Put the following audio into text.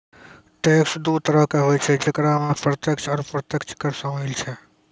tax दु तरहो के होय छै जेकरा मे प्रत्यक्ष आरू अप्रत्यक्ष कर शामिल छै